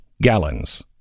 gallons